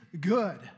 good